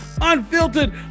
unfiltered